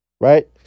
Right